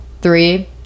Three